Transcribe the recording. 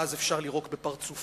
ואז אפשר לירוק בפרצופה.